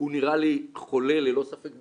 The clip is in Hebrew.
הוא נראה לי חולה ללא ספק בזה.